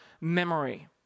memory